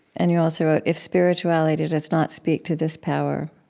and you also wrote, if spirituality does not speak to this power,